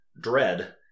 Dread